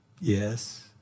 Yes